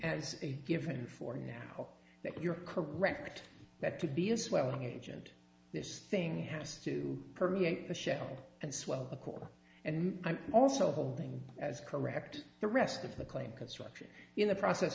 as a given for now that you're correct that to be a swelling agent this thing has to permeate the shell and swell a core and i'm also holding as correct the rest of the claimed construction in the process